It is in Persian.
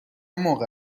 موقع